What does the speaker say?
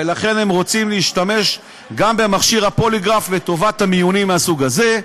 ולכן הם רוצים להשתמש גם במכשיר הפוליגרף לטובת מיונים מהסוג הזה.